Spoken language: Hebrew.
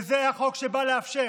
וזה החוק שבא לאפשר.